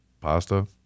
pasta